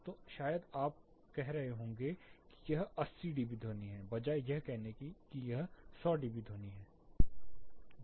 तो आप शायद बता रहे होंगे कि यह एक 80 डीबी ध्वनि है बजाय यह कहने के कि यह 100 डीबी ध्वनि है